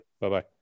Bye-bye